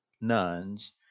nuns